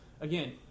Again